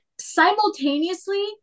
simultaneously